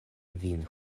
vin